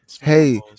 Hey